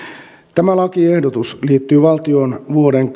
tämä lakiehdotus liittyy valtion vuoden